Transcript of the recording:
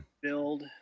build